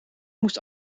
moest